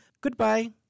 goodbye